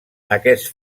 aquest